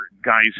guys